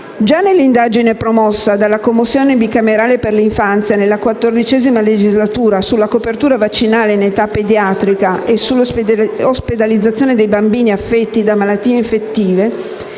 Già nell'indagine promossa dalla Commissione bicamerale per l'infanzia nella XIV legislatura sulla copertura vaccinale in età pediatrica e sull'ospedalizzazione dei bambini affetti da malattie infettive,